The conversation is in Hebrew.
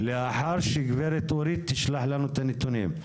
לאחר שגברת אורית תשלח לנו את הנתונים,